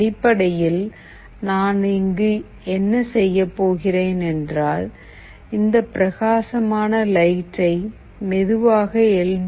அடிப்படையில் நான் இங்கு என்ன செய்யப்போகிறேன் என்றால் இந்த பிரகாசமான லைட்டை மெதுவாக எல்